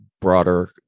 broader